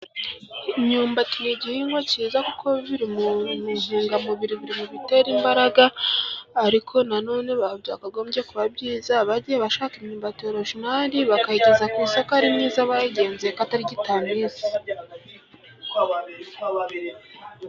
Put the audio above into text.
Imyumbati ni igihingwa cyiza kuko biri mu ntungamubiri, biri mu bitera imbaraga , ariko nanone byakagombye kuba byiza bagiye bashaka imyumbati ya orojinari ,bakayigeza ku isoko ari myiza, bayigenzuye ko atari gitamisi.